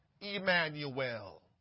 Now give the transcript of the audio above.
Emmanuel